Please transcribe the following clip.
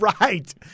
Right